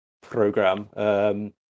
program